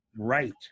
right